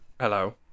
Hello